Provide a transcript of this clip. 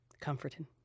Comforting